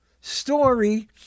story